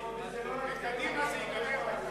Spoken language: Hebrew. בקדימה זה ייגמר.